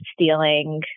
stealing